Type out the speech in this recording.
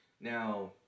Now